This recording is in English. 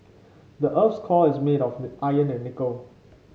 the earth's core is made of the iron and nickel